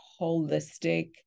holistic